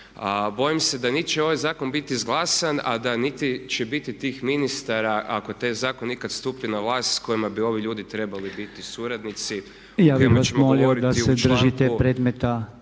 bojim se da niti će ovaj zakon biti izglasan, a da niti će biti tih ministara ako taj zakon ikad stupi na vlast s kojima bi ovi ljudi trebali biti suradnici